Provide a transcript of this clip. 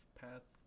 path